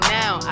now